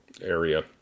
area